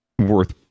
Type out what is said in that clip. worth